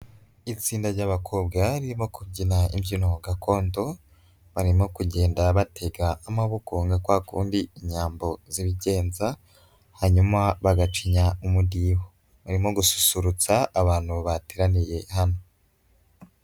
Itsinda ry'abakobwa ririmo kubyina imbyino gakondo, barimo kugenda batega amaboko nka kwa kundi inyambo zibigenza, hanyuma bagacinya umudiho, barimo gususurutsa abantu bateraniye hano.